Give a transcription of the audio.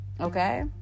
Okay